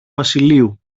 βασιλείου